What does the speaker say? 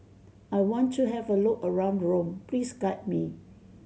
I want to have a look around Rome please guide me